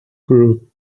crewed